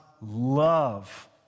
love